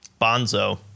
Bonzo